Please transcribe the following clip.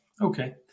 Okay